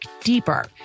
deeper